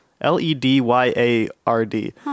L-E-D-Y-A-R-D